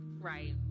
Right